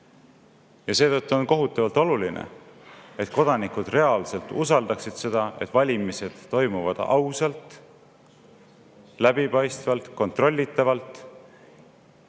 Seetõttu on kohutavalt oluline, et kodanikud reaalselt usaldaksid seda, et valimised toimuvad ausalt, läbipaistvalt ja kontrollitavalt